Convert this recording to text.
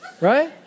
Right